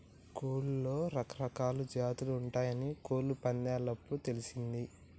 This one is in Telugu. కోడ్లలో రకరకాలా జాతులు ఉంటయాని కోళ్ళ పందేలప్పుడు తెలుస్తది